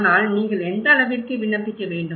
ஆனால் நீங்கள் எந்த அளவிற்கு பயன்படுத்த வேண்டும்